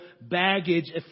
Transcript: baggage